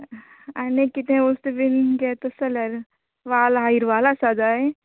आनी कितें वस्तू बीन घे तश जाल्यार वाल आसा हिरवाल आसा जाय